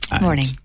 Morning